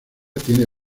tiene